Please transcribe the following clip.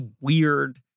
weird